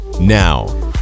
Now